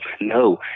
No